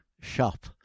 shop